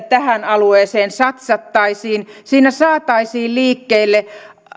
tähän alueeseen satsattaisiin että siinä saataisiin liikkeelle aidosti